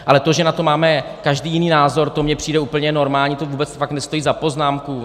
Ale to, že na to máme každý jiný názor, to mně přijde úplně normální, to fakt vůbec nestojí za poznámku.